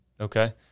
Okay